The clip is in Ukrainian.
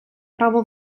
право